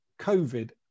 COVID